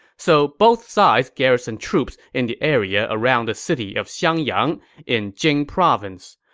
so both sides garrisoned troops in the area around the city of xiangyang in jing province.